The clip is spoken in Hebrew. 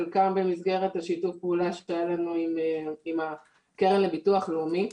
חלקם במסגרת שיתוף הפעולה שהיה לנו עם הקרן לביטוח לאומי.